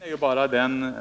Fru talman!